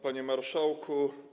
Panie Marszałku!